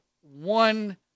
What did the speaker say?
one